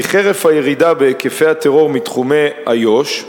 כי חרף הירידה בהיקפי הטרור מתחומי איו"ש,